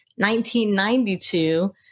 1992